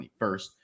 21st